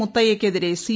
മുത്തയ്യ്ക്കെതിരെ C